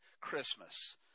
Christmas